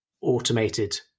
automated